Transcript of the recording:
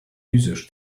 users